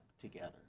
together